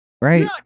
right